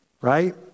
Right